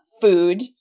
food